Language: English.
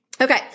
Okay